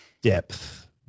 depth